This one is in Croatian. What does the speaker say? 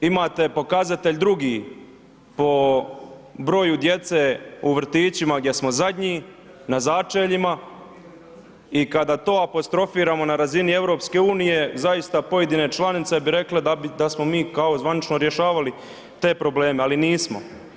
Imate pokazatelj drugi, po broju djece u vrtićima gdje smo zadnji na začeljima i kada to apostrofiramo na razini EU zaista pojedine članice bi rekle da smo mi kao zvanično rješavali te probleme, ali nismo.